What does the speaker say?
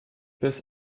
biss